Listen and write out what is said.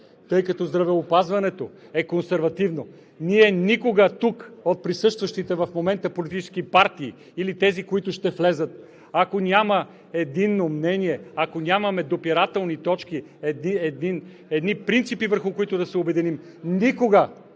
Тъй като здравеопазването е консервативно, ние никога – от тук присъстващите в момента политически партии или тези, които ще влязат, ако нямаме единно мнение, ако нямаме допирателни точки, едни принципи, върху които да се обединим – никога,